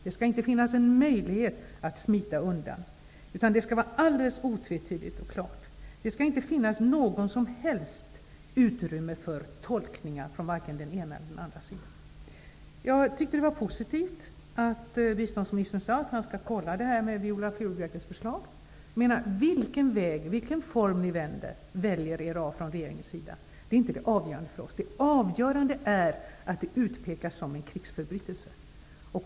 Det skall inte finnas någon möjlighet att smita undan. Det skall vara helt otvetydigt och klart. Det skall inte finnas något som helst utrymme för tolkningar från den ena eller den andra sidan. Jag tyckte att det var positivt att biståndsministern sade att han skall undersöka Viola Furubjelkes förslag. Det avgörande för oss är inte vilken väg och vilken form ni använder er av från regeringens sida. Det avgörande är att våldtäkt utpekas som en krigsförbrytelse.